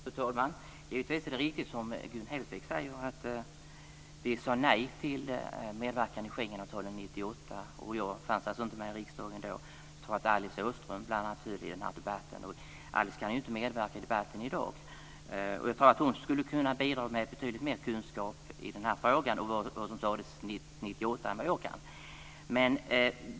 Fru talman! Givetvis är det riktigt som Gun Hellsvik säger att Vänsterpartiet sade nej till medverkan i Schengenavtalet år 1998. Jag fanns inte med i riksdagen då. Jag tror att bl.a. Alice Åström var med i den debatten. Alice kan inte medverka i debatten i dag. Jag tror att hon skulle kunna bidra med betydligt mer kunskap i den här frågan och om vad som sades i den här frågan 1998 än vad jag kan.